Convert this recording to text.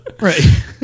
Right